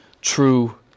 true